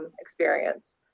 experience